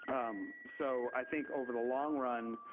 um so i think, over the long run,